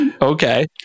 Okay